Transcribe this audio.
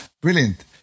Brilliant